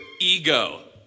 ego